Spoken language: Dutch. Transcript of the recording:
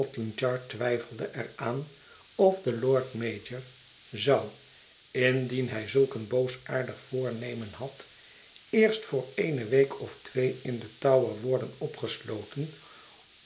scotland yard twijfelde er aan of de lord-mayor zou indien hij zulk een boosaardig voornemen had eerst voor eene week of twee in den tower worden opgesloten